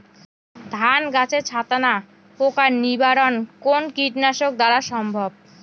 ধান গাছের ছাতনা পোকার নিবারণ কোন কীটনাশক দ্বারা সম্ভব?